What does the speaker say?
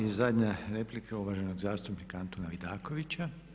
I zadnja replika uvaženog zastupnika Antuna Vidakovića.